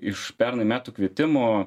iš pernai metų kvietimo